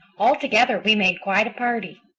all together we made quite a party.